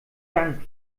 dank